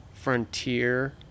frontier